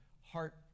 heart